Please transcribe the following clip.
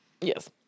Yes